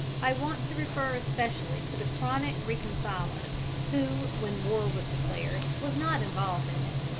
i want to refer especially to the chronic reconciler who when war was declared was not involved in it,